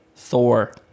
Thor